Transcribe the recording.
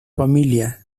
familia